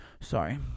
Sorry